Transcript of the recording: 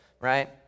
right